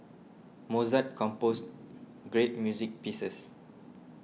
Mozart composed great music pieces